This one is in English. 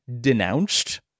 denounced